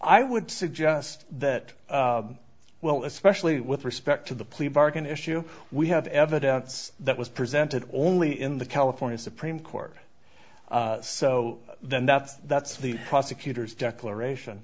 i would suggest that well especially with respect to the plea bargain issue we have evidence that was presented only in the california supreme court so that's that's the prosecutor's declaration